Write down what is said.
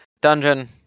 dungeon